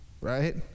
Right